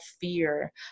fear